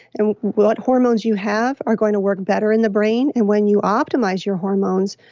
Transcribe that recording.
and what hormones you have are going to work better in the brain. and when you optimize your hormones,